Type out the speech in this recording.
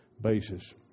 basis